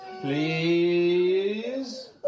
please